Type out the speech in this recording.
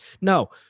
No